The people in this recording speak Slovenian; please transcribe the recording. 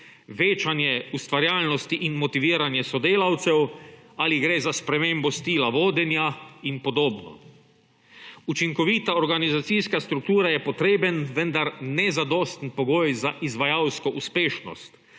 večanje ustvarjalnosti in motiviranje sodelavcev ali gre za spremembo stila vodenja in podobno. Učinkovita organizacijska struktura je potreben, vendar nezadosten pogoj za izvajalsko uspešnost,